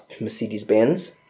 Mercedes-Benz